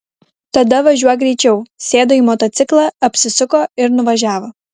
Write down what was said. tada važiuok greičiau sėdo į motociklą apsisuko ir nuvažiavo